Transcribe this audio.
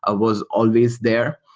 ah was always there.